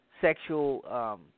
sexual